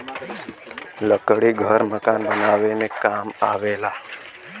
लकड़ी घर मकान बनावे में काम आवेला